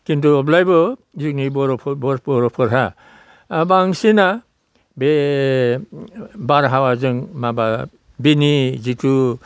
किन्तु अब्लायबो जोंनि बर'फोर बर'फोरहा बांसिना बे बारहावाजों माबा बिनि जिथु